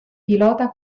pilota